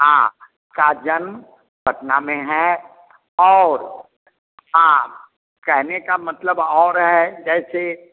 हाँ का जन्म पटना में है और हाँ कहने का मतलब और है जैसे